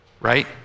right